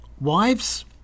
wives